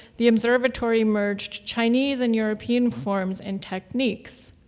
the observatory merged chinese and european forms and techniques.